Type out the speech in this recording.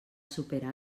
superar